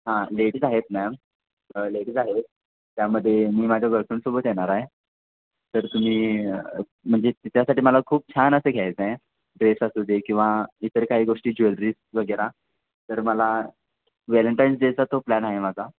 हां लेडीज आहेत ma'am ladies आहेत त्यामध्ये मी माझं गलफ्रेंडसोबत येणार आहे तर तुम्ही म्हणजे तिच्यासाठी मला खूप छान असं घ्यायचं आहे ड्रेस असू दे किंवा इतर काही गोष्टी ज्वेलरीज वगैरे तर मला व्हॅलेंटाईन्स डेचा तो प्लॅन आहे माझा